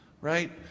Right